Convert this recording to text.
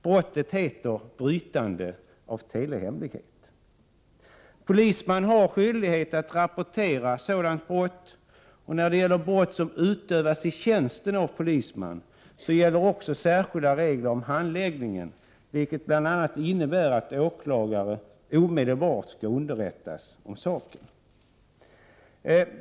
Brottet heter brytande av telehemlighet. Polisman har skyldighet att rapportera sådant brott. Beträffande brott som begås av polisman i tjänsten gäller också särskilda regler för handläggningen, vilka bl.a. innebär att åklagare omedelbart skall underrättas om saken.